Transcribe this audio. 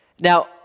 Now